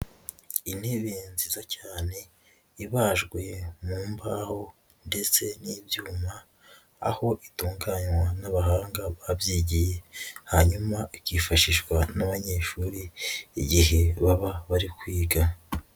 Intebe nziza cyane ibajwe mu mbaho ndetse n'ibyuma, aho itunganywa n'abahanga babyigiye hanyuma ikifashishwa n'abanyeshuri igihe baba bari kwiga.